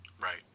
Right